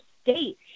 state